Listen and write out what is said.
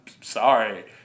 Sorry